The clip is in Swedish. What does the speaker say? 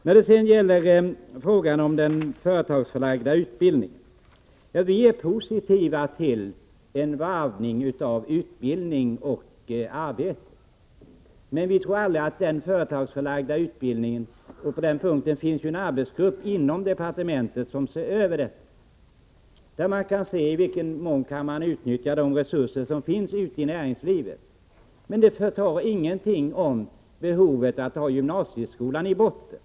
När det gäller företagsförlagd utbildning vill jag framhålla att vi är positiva till en varvning av utbildning och arbete. En arbetsgrupp inom departementet skall se över den företagsförlagda utbildningen och undersöka i vilken mån man kan utnyttja de resurser som finns ute i näringslivet. Men det förtar inte behovet av gymnasieskolan i botten.